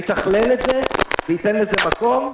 יתכלל את זה וייתן לזה מקום.